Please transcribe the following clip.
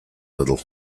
little